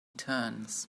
turns